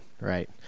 right